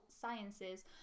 sciences